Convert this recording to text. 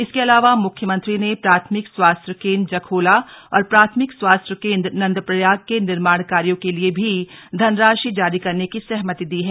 इसके अलावा मुख्यमंत्री ने प्राथमिक स्वास्थ्य केंद्र जखोल और प्राथमिक स्वास्थ्य केंद्र नंदप्रयाग के निर्माण कार्यों के लिए भी धनराशि जारी करने की सहमति दी है